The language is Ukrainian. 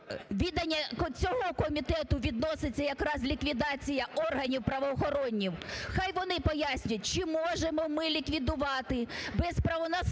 відання цього комітету відноситься якраз ліквідація органів правоохоронних. Хай вони пояснять, чи можемо ми ліквідувати без права